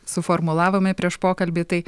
suformulavome prieš pokalbį tai